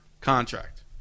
contract